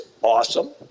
awesome